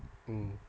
mm